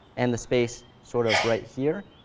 and the space sort of right here,